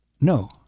No